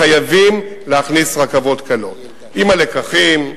חייבים להכניס רכבות קלות, עם הלקחים,